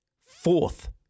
fourth